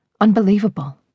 Unbelievable